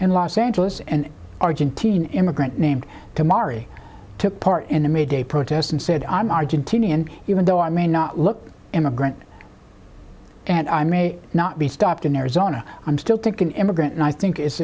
and los angeles and argentine immigrant named to mari took part in the may day protests and said i'm argentinian even though i may not look immigrant and i may not be stopped in arizona i'm still took an immigrant and i think it's